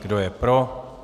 Kdo je pro?